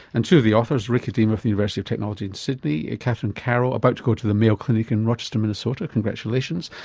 and two of the authors, rick iedema from the university of technology in sydney and katherine carroll, about to go to the mayo clinic in rochester, minnesota, congratulations,